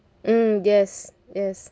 mm yes yes